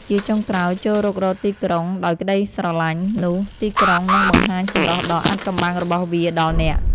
ជាចុងក្រោយ ចូររុករកទីក្រុងដោយក្ដីស្រឡាញ់ នោះទីក្រុងនឹងបង្ហាញសម្រស់ដ៏អាថ៌កំបាំងរបស់វាដល់អ្នក។